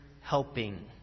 helping